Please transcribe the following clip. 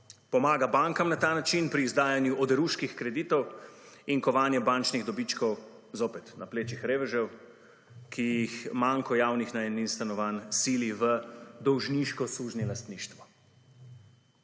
Pomaga bankam na ta način pri izdajanju oderuških kreditov in kovanje bančnih dobičkov zopet na plečih revežev, ki jih manko javnih najemnih stanovanj sili v dolžniško sužnjelastništvo.